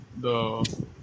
the-